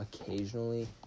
occasionally